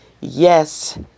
Yes